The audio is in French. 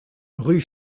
rue